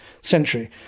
century